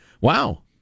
Wow